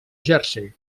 jersey